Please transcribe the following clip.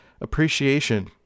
appreciation